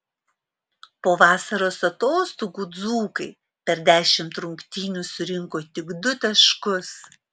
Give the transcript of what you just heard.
po vasaros atostogų dzūkai per dešimt rungtynių surinko tik du taškus